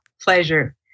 pleasure